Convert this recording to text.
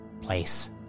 Place